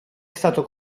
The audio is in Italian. stato